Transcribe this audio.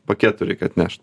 paketų reikia atnešt